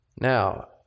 Now